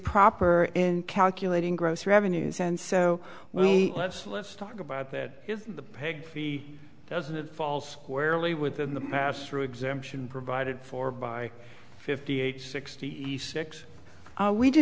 improper in calculating gross revenues and so well let's let's talk about that if the peg fee doesn't fall squarely within the past through exemption provided for by fifty eight sixty six we d